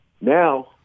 Now